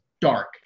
dark